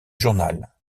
journal